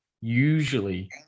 usually